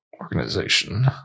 Organization